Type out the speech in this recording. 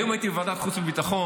היום הייתי בוועדת חוץ וביטחון,